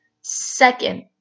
second